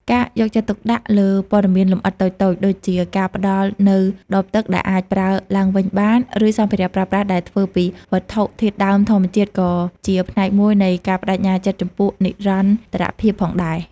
ការយកចិត្តទុកដាក់លើព័ត៌មានលម្អិតតូចៗ ដូចជាការផ្តល់នូវដបទឹកដែលអាចប្រើឡើងវិញបាន ឬសម្ភារៈប្រើប្រាស់ដែលធ្វើពីវត្ថុធាតុដើមធម្មជាតិ ក៏ជាផ្នែកមួយនៃការប្តេជ្ញាចិត្តចំពោះនិរន្តរភាពផងដែរ។